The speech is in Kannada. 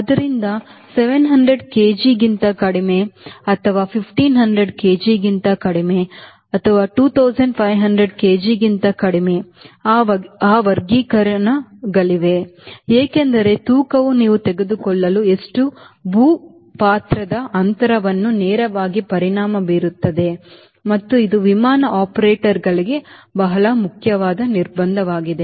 ಆದ್ದರಿಂದ 700 ಕೆಜಿಗಿಂತ ಕಡಿಮೆ 1500 ಕೆಜಿಗಿಂತ ಕಡಿಮೆ 2500 ಕೆಜಿಗಿಂತ ಕಡಿಮೆ ಆ ವರ್ಗೀಕರಣಗಳಿವೆ ಏಕೆಂದರೆ ತೂಕವು ನೀವು ತೆಗೆದುಕೊಳ್ಳಲು ಎಷ್ಟು ಭೂ ಪಾತ್ರದ ಅಂತರವನ್ನು ನೇರವಾಗಿ ಪರಿಣಾಮ ಬೀರುತ್ತದೆ ಮತ್ತು ಇದು ವಿಮಾನ ಆಪರೇಟರ್ಗೆ ಬಹಳ ಮುಖ್ಯವಾದ ನಿರ್ಬಂಧವಾಗಿದೆ